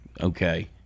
okay